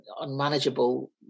unmanageable